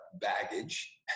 baggage